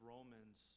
Romans